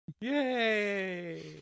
Yay